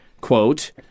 quote